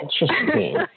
interesting